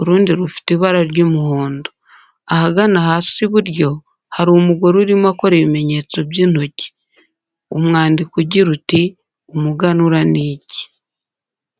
urundi rufite ibara ry'umuhondo. Ahagana hasi iburyo, hari umugore urimo akora ibimenyetso by'intoki. Umwandiko ugira uti:"Umuganura ni iki?"